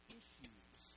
issues